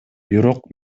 бирок